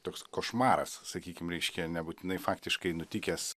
toks košmaras sakykim reiškia nebūtinai faktiškai nutikęs